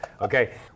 Okay